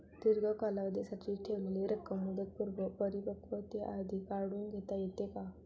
दीर्घ कालावधीसाठी ठेवलेली रक्कम मुदतपूर्व परिपक्वतेआधी काढून घेता येते का?